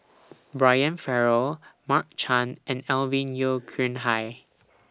Brian Farrell Mark Chan and Alvin Yeo Khirn Hai